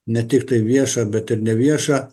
ne tiktai viešą bet ir neviešą